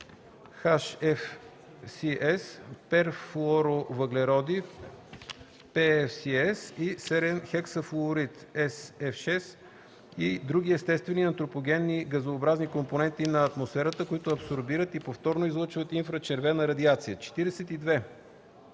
(HFCs), перфлуоровъглероди (PFCs) и серен хексафлуорид (SF6), и други естествени и антропогенни газообразни компоненти на атмосферата, които абсорбират и повторно излъчват инфрачервена радиация. 42.